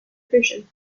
vision